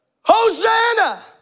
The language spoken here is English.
Hosanna